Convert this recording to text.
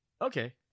okay